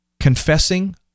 Confessing